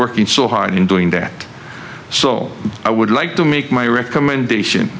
working so hard in doing that so i would like to make my recommendation